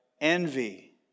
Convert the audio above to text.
envy